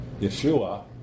Yeshua